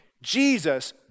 Jesus